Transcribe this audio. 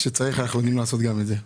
כשצריך, אנחנו יודעים לעשות גם את זה.